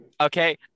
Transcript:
okay